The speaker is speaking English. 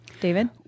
David